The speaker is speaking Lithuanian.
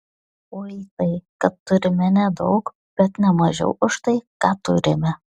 ui tai kad turime nedaug bet ne mažiau už tai ką turime